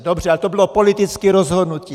Dobře, ale to bylo politické rozhodnutí.